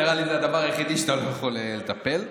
נראה לי זה הדבר היחיד שאתה לא יכול לטפל בו.